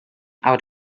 out